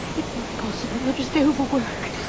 it's not possible. you're just overworked.